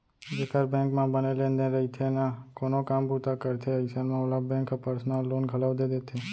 जेकर बेंक म बने लेन देन रइथे ना कोनो काम बूता करथे अइसन म ओला बेंक ह पर्सनल लोन घलौ दे देथे